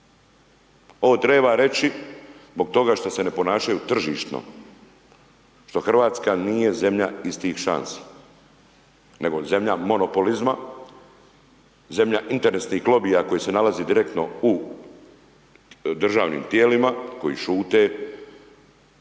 Ovo treba reći zbog toga što se ne ponašaju tržišno, što Hrvatska nije zemlja istih šansi, nego zemlja monopolizma, zemlja interesnih lobija koji se nalaze direktno u državnim tijelima koje šute, to